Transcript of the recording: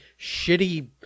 shitty